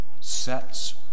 sets